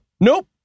nope